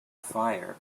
fire